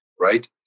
Right